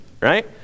right